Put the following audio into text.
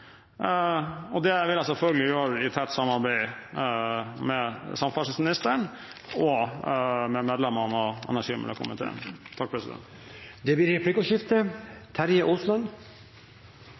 Det vil jeg selvfølgelig gjøre i tett samarbeid med samferdselsministeren og med medlemmene av energi- og